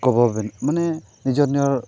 ᱠᱳᱵᱚᱵᱤᱱ ᱢᱟᱱᱮ ᱡᱚᱱᱱᱚᱲ